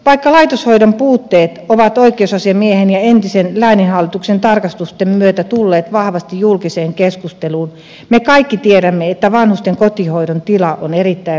vaikka laitoshoidon puutteet ovat oikeusasiamiehen ja entisen lääninhallituksen tarkastusten myötä tulleet vahvasti julkiseen keskusteluun me kaikki tiedämme että vanhusten kotihoidon tila on erittäin vakava